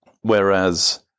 Whereas